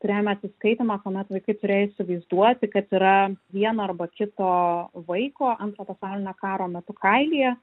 turėjome atsiskaitymą kuomet vaikai turėjo įsivaizduoti kad yra vieno arba kito vaiko antro pasaulinio karo metu kailyje